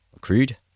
crude